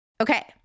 Okay